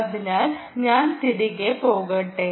അതിനാൽ ഞാൻ തിരികെ പോകട്ടെ